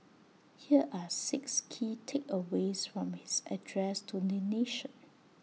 here are six key takeaways from his address to the nation